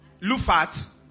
lufat